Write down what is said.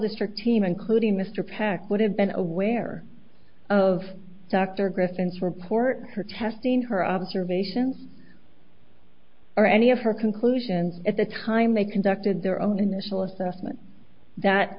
district team including mr peck would have been aware of dr griffin's report her testing her observations or any of her conclusions at the time they conducted their own initial assessment that